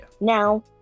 Now